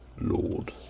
Lord